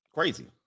Crazy